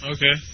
Okay